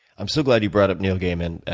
i'm so glad you brought up neil gaiman.